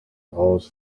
raus